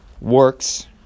works